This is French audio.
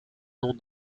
nom